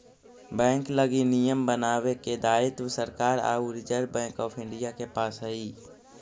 bank लगी नियम बनावे के दायित्व सरकार आउ रिजर्व बैंक ऑफ इंडिया के पास हइ